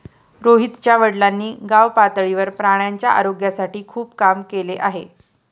रोहितच्या वडिलांनी गावपातळीवर प्राण्यांच्या आरोग्यासाठी खूप काम केले आहे